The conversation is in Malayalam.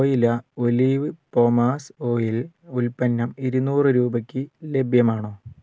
വോയില ഒലിവ് പോമാസ് ഓയിൽ ഉൽപ്പന്നം ഇരുനൂറ് രൂപയ്ക്ക് ലഭ്യമാണോ